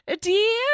Dear